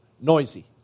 Noisy